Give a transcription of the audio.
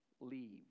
leave